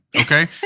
Okay